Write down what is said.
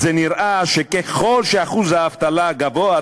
וזה נראה שככל שאחוז האבטלה גבוה,